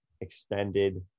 extended